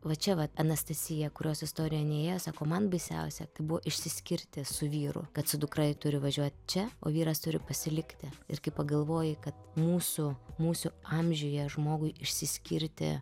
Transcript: va čia vat anastasija kurios istorija neįėjo sako man baisiausia buvo išsiskirti su vyru kad su dukra ji turi važiuot čia o vyras turi pasilikti ir kai pagalvoji kad mūsų mūsų amžiuje žmogui išsiskirti